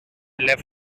left